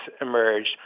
emerged